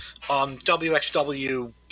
WXW